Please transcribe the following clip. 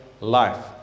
life